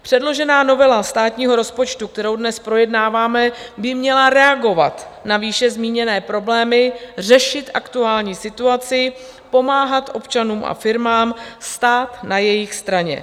Předložená novela státního rozpočtu, kterou dnes projednáváme, by měla reagovat na výše zmíněné problémy, řešit aktuální situaci, pomáhat občanům a firmám, stát na jejich straně.